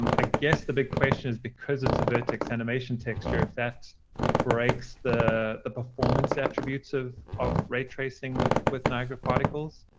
um ah guess the big question is because it's a vertex animation texture, if that breaks the the performance attributes of of ray tracing with with niagara particles,